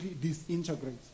disintegrates